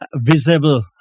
visible